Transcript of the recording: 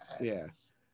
Yes